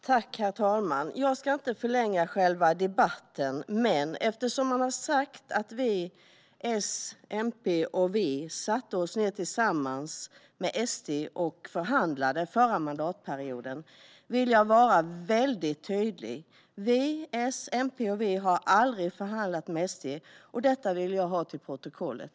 Herr talman! Jag ska inte förlänga själva debatten, men eftersom det har sagts att vi - S, MP och V - satte oss ned tillsammans med SD och förhandlade under den förra mandatperioden vill jag vara väldigt tydlig: Vi - S, MP och V - har aldrig förhandlat med Sverigedemokraterna, och detta vill jag få fört till protokollet.